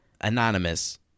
anonymous